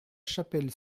chapelle